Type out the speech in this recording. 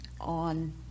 on